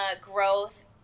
growth